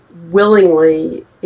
willingly